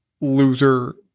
loser